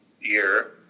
year